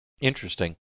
Interesting